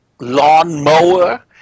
lawnmower